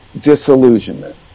disillusionment